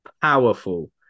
Powerful